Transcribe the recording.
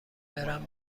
برم